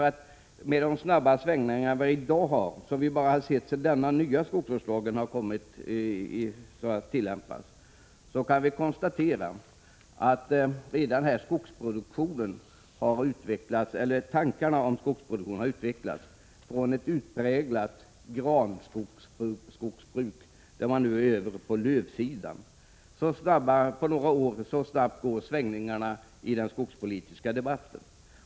Det är i dag snabba svängningar — vi kan bara se på den nya skogsvårdslagen —, och vi kan konstatera att diskussionen om skogsproduktionen har gått från ett utpräglat granskogsbruk till lövskogsbruk. Så snabbt svänger det i den skogspolitiska debatten.